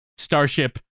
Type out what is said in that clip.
Starship